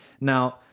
now